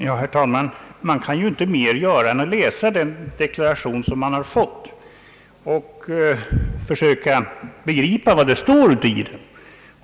Herr talman! Man kan ju inte göra mera än läsa den deklarationen som man har fått och försöka begripa vad där står.